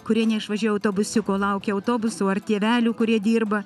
kurie neišvažiuoja autobusiuko laukia autobusų ar tėvelių kurie dirba